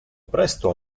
presto